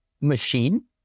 machine